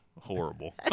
horrible